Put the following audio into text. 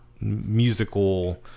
musical